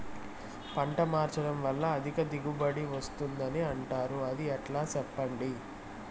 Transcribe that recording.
పంట మార్చడం వల్ల అధిక దిగుబడి వస్తుందని అంటారు అది ఎట్లా సెప్పండి